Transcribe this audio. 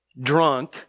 drunk